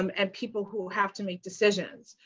um and people who have to make decisions.